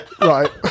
Right